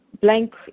Blank